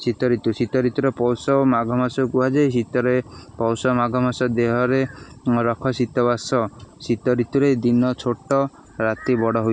ଶୀତଋତୁ ଶୀତ ଋତୁୁର ପୌଷ ମାଘ ମାସକୁ କୁହାଯାଏ ଶୀତରେ ପୌଷ ମାଘ ମାସ ଦେହରେ ରଖ ଶୀତ ବାସ ଶୀତ ଋତୁରେ ଦିନ ଛୋଟ ରାତି ବଡ଼ ହୋଇ